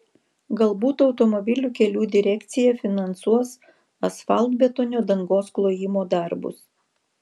galbūt automobilių kelių direkcija finansuos asfaltbetonio dangos klojimo darbus